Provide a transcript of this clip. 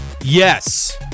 yes